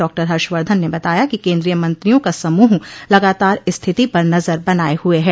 डॉ हर्षवर्धन ने बताया कि केन्द्रीय मंत्रियों का समूह लगातार स्थिति पर नजर बनाए हुए है